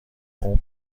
اون